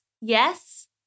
Yes